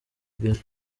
kigali